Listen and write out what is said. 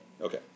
Okay